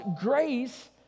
grace